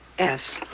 s.